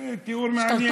תראי תיאור מעניין.